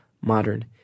modern